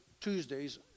Tuesdays